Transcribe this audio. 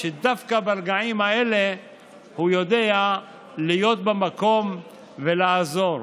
שדווקא ברגעים האלה הוא יודע להיות במקום ולעזור.